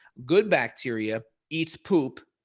good bacteria, eats poop,